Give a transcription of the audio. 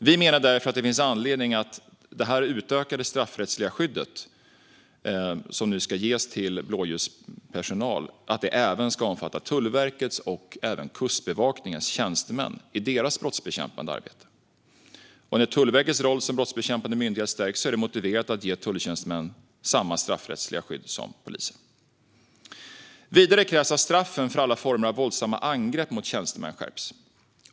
Det finns därför anledning att det utökade straffrättsliga skydd som nu ges till blåljuspersonal även ska omfatta Tullverkets och Kustbevakningens tjänstemän i deras brottsbekämpande arbete. När Tullverkets roll som brottsbekämpande myndighet stärks är det motiverat att ge tulltjänstemän samma straffrättsliga skydd som poliser. Vidare krävs att straffen för alla former av våldsamma angrepp mot tjänstemän skärps.